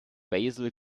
basil